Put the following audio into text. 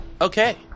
okay